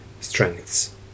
strengths